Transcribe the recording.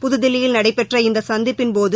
புதுதில்லியில் நடைபெற்ற இந்த சந்திப்பின்போது